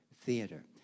theater